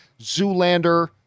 Zoolander